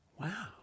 wow